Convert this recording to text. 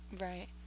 right